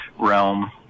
Realm